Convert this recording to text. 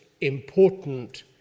important